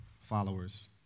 followers